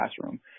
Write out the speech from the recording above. classroom